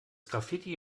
graffiti